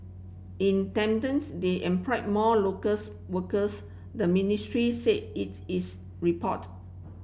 in tandem's they employed more locals workers the ministry said it is report